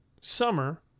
summer